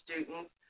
students